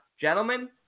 Gentlemen